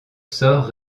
sort